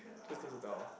just close it down lah